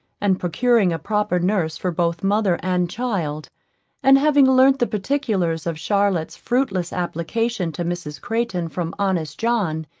and procuring a proper nurse for both mother and child and having learnt the particulars of charlotte's fruitless application to mrs. crayton from honest john,